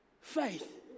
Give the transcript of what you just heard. Faith